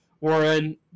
Warren